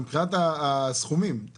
מבחינת הסכומים.